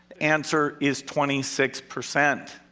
answer is twenty six percent.